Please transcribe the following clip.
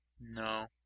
No